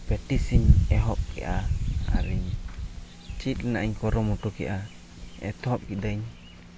practice ᱤᱧ ᱮᱦᱚᱵ ᱠᱮᱜᱼᱟ ᱟᱨᱤᱧ ᱪᱮᱫ ᱨᱮᱭᱟᱜ ᱤᱧ ᱠᱩᱨᱩᱢᱩᱴᱩ ᱠᱮᱫᱼᱟ ᱮᱛᱚᱦᱚᱵ ᱠᱤᱫᱟᱹᱧ